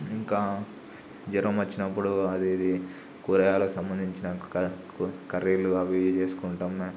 ఇంకా జ్వరం వచ్చినప్పుడు అవి ఇవి కూరగాయలు సంబంధించిన కర్రీలు అవి ఇవి చేసుకుంటాం